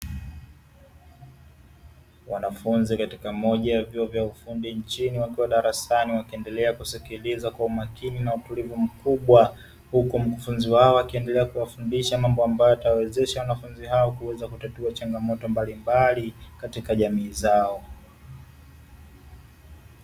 Wanafunzi katika moja ya vyuo vya ufundi nchini wakiwa darasani wakisikiliza kwa umakini na utulivu mkubwa, huku mkufunzi hao akiendelea kuwafundisha mambo ambayo yatawawezesha wanafunzi hao kuweza kutatua changamoto mbalimbali katika jamii zao.